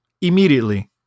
immediately